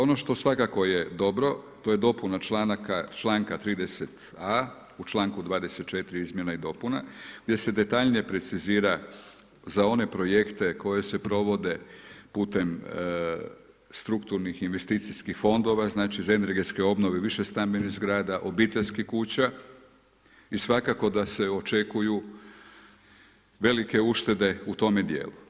Ono što svakako je dobro, to je dopuna čl. 30.a., u čl. 24. izmjena i dopuna gdje se detaljnije precizira za one projekte koji se provode putem strukturnih investicijskih fondova, znači za energetske obnove više stambenih zgrada, obiteljskih kuća i svakako da se očekuju velike uštede u tome dijelu.